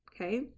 okay